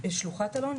בשלוחת אלון,